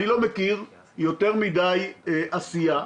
אני לא מכיר יותר מדי עשייה,